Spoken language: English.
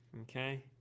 okay